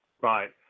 right